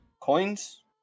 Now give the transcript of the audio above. coins